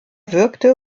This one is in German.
wirkte